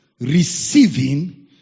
Receiving